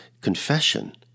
confession